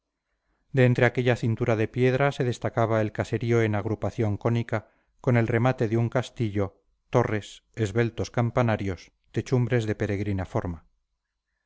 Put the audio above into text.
torreones de entre aquella cintura de piedra se destacaba el caserío en agrupación cónica con el remate de un castillo torres esbeltos campanarios techumbres de peregrina forma